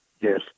Yes